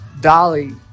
Dolly